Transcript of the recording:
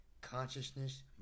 consciousness